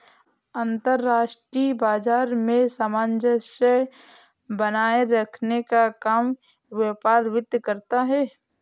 अंतर्राष्ट्रीय बाजार में सामंजस्य बनाये रखने का काम व्यापार वित्त करता है